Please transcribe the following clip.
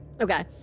Okay